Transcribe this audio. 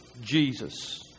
Jesus